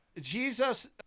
Jesus